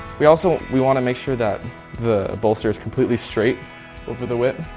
we also we want to make sure that the bolster's completely straight over the whip.